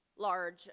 large